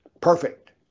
perfect